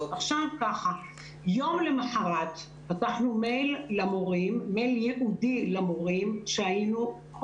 יום למחרת פתחנו מייל ייעודי למורים וכל